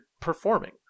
performing